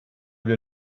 wir